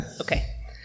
Okay